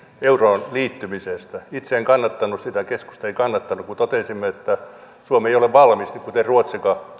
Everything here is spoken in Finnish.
euroon liittymisestä itse en kannattanut sitä keskusta ei kannattanut kun totesimme että suomi ei ole talouspoliittisesti valmis kuten ei ruotsikaan